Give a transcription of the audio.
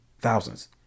Thousands